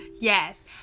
Yes